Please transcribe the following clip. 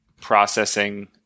processing